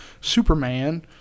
Superman